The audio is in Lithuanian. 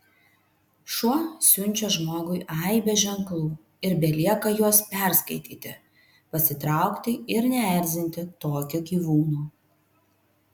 šuo siunčia žmogui aibę ženklų ir belieka juos perskaityti pasitraukti ir neerzinti tokio gyvūno